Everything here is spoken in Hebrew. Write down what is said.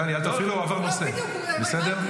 טלי, אל תפריעי לו, הוא עבר נושא, בסדר?